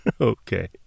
Okay